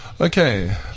Okay